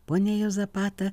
ponia juozapata